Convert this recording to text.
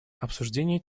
обсуждение